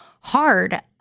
hard